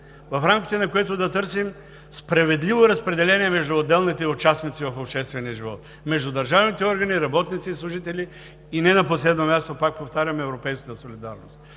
в рамките на което да търсим справедливо разпределение между отделните участници в обществения живот, между държавните органи, работниците и служителите, и не на последно място, пак повтарям, европейската солидарност.